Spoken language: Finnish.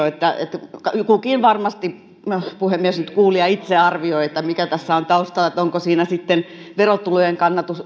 että kukin kuulija varmasti puhemies nyt itse arvioi mikä tässä on taustalla onko siinä sitten verotulojen